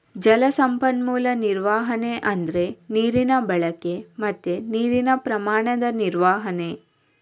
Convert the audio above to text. ಜಲ ಸಂಪನ್ಮೂಲ ನಿರ್ವಹಣೆ ಅಂದ್ರೆ ನೀರಿನ ಬಳಕೆ ಮತ್ತೆ ನೀರಿನ ಪ್ರಮಾಣದ ನಿರ್ವಹಣೆ